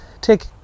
Take